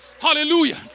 hallelujah